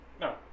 No